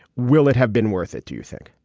will it have been worth it? do you think?